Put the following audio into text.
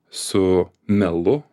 su melu